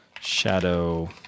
shadow